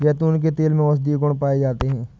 जैतून के तेल में औषधीय गुण पाए जाते हैं